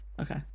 okay